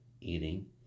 eating